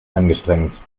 angestrengt